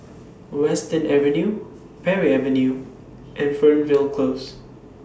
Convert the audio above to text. Western Avenue Parry Avenue and Fernvale Close